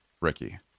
Ricky